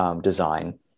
design